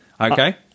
Okay